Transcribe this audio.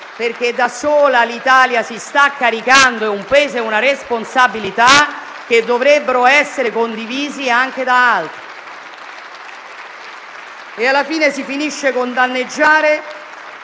perché da sola l'Italia si sta caricando un peso e una responsabilità, che dovrebbero essere condivisi anche da altri. Alla fine addirittura si finisce con il danneggiare